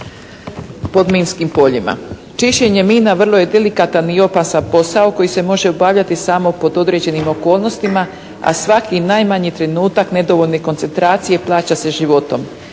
pod minskim poljima. Čišćenje mina vrlo je delikatan i opasan posao koji se može obavljati samo pod određenim okolnostima, a svaki najmanji trenutak nedovoljne koncentracije plaća se životom.